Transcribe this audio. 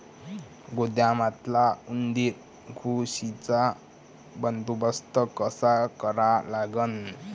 गोदामातल्या उंदीर, घुशीचा बंदोबस्त कसा करा लागन?